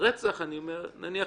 רצח נניח